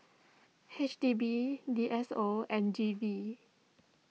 H D B D S O and G V